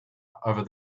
over